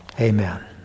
amen